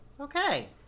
Okay